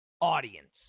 audience